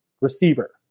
receiver